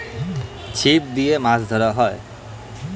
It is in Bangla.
ছিপ দিয়ে মাছ ধরা হয়